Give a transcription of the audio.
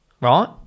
right